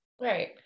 Right